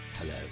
hello